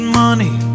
money